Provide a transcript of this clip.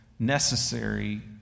necessary